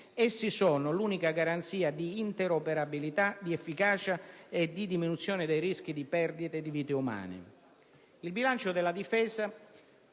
Essi sono l'unica garanzia di interoperabilità, di efficacia e di diminuzione del rischio di perdita di vite umane. Il bilancio della Difesa